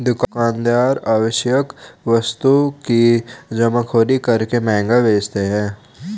दुकानदार आवश्यक वस्तु की जमाखोरी करके महंगा बेचते है